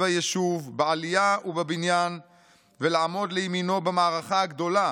היישוב בעלייה ובבניין ולעמוד לימינו במערכה הגדולה